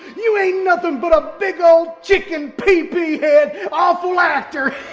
you ain't nothing but a big old chicken pee-pee head awful actor!